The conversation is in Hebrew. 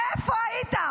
איפה היית?